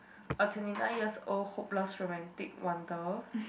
a twenty nine years old hopeless romantic wonder